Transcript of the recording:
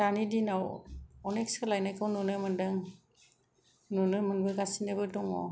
दानि दिनाव अनेख सोलायनायखौ नुनो मोनदों नुनो मोनबोगासिनोबो दङ